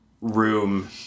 room